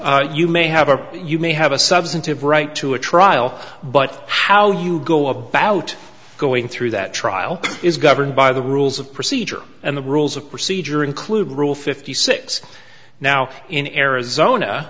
obviously you may have a you may have a substantive right to a trial but how you go about going through that trial is governed by the rules of procedure and the rules of procedure include rule fifty six now in arizona